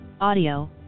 audio